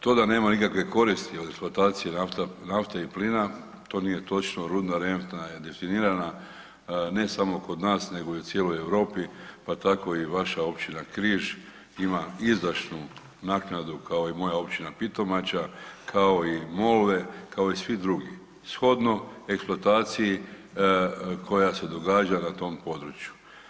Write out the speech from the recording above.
To da nema nikakve koristi od eksploatacije nafte i plina to nije točno, rudna renta je definirana ne samo kod nas nego i u cijeloj Europi, pa tako i vaša općina Križ ima izdašnu naknadu kao i moja općina Pitomača, kao i Molve kao i svi drugi shodno eksploataciji koja se događa na tom području.